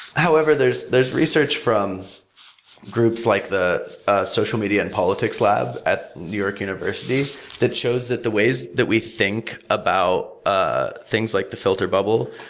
however, there's there's research from groups like the social media and politics lab at new york university that shows that the ways that we think about ah things like the filter bubble